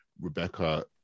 Rebecca